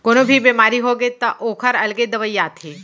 कोनो भी बेमारी होगे त ओखर अलगे दवई आथे